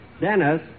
Dennis